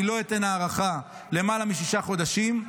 אני לא אתן הארכה למעלה משישה חודשים,